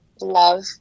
love